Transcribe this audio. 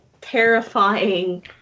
terrifying